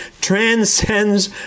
transcends